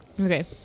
Okay